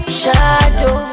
shadow